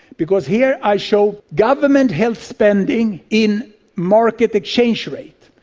because here i show government health spending in market exchange rate,